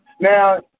now